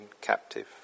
captive